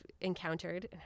encountered